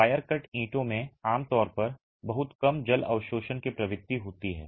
wire cut ईंटों में आमतौर पर बहुत कम जल अवशोषण की प्रवृत्ति होती है